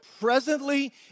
presently